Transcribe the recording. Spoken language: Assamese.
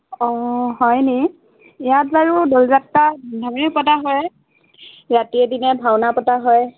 অঁ হয় নি ইয়াত বাৰু দৌলযাত্ৰা প্ৰতিবাৰেই পতা হয় ৰাতিয়ে দিনে ভাওনা পতা হয়